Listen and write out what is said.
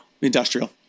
industrial